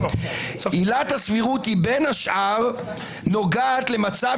עילת הסבירות היא בין השאר נוגעת למצב